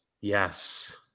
Yes